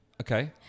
Okay